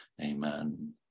amen